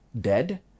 dead